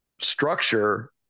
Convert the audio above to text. structure